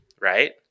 right